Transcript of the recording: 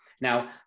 Now